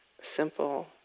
simple